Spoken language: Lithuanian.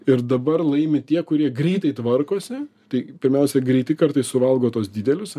ir dabar laimi tie kurie greitai tvarkosi tai pirmiausia greiti kartais suvalgo tuos didelius